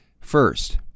first